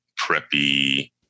preppy